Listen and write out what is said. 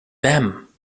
them